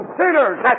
sinners